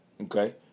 Okay